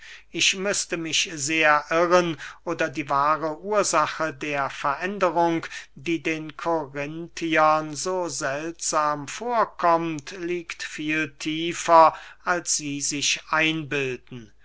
ich müßte mich sehr irren oder die wahre ursache der veränderung die den korinthiern so seltsam vorkommt liegt viel tiefer als sie sich einbilden